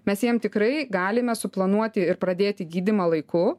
mes jiem tikrai galime suplanuoti ir pradėti gydymą laiku